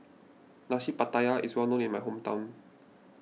Nasi Pattaya is well known in my hometown